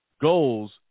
goals